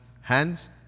hands